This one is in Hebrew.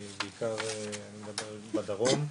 אני בעיקר מדבר בדרום,